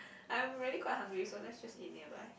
I'm really quite hungry so let just eat nearby